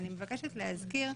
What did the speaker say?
אני מבקשת להזכיר,